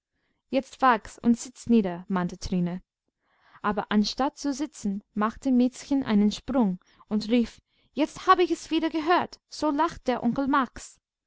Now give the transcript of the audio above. jetzt wag's und sitz nieder mahnte trine aber anstatt zu sitzen machte miezchen einen sprung und rief jetzt hab ich's wieder gehört so lacht der onkel